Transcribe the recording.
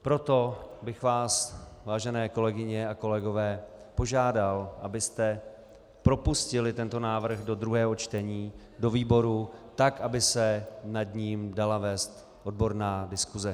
Proto bych vás, vážené kolegyně a kolegové, požádal, abyste propustili tento návrh do druhého čtení do výborů, aby se nad ním dala vést odborná diskuse.